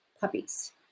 puppies